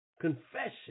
confession